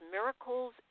Miracles